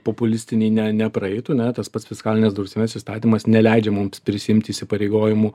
populistiniai ne ne praeitų ne tas pats fiskalinės drausmės įstatymas neleidžia mums prisiimti įsipareigojimų